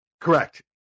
Correct